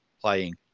playing